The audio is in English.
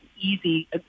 easy